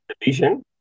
division